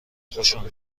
خوشمون